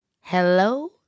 Hello